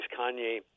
Kanye